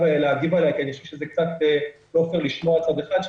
להגיב עליה כי אני חושב שזה קצת לא הוגן לשמוע צד אחד.